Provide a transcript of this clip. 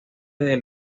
del